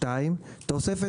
--- אז תבהירו לפרוטוקול,